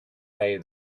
day